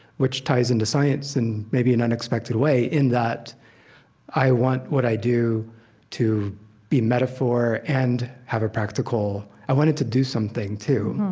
which ties into science in maybe an unexpected way in that i want what i do to be metaphor and have a practical i want it to do something, too,